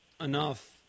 enough